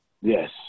Yes